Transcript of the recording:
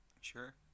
Sure